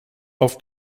auf